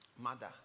mother